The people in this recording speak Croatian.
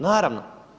Naravno.